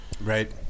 Right